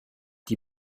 die